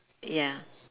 ya